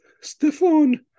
Stefan